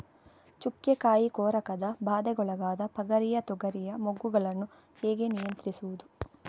ಚುಕ್ಕೆ ಕಾಯಿ ಕೊರಕದ ಬಾಧೆಗೊಳಗಾದ ಪಗರಿಯ ತೊಗರಿಯ ಮೊಗ್ಗುಗಳನ್ನು ಹೇಗೆ ನಿಯಂತ್ರಿಸುವುದು?